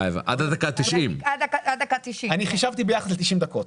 אני חישבתי ביחס ל-90 דקות.